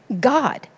God